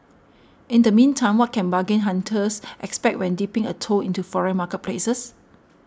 in the meantime what can bargain hunters expect when dipping a toe into foreign marketplaces